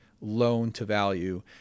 loan-to-value